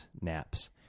naps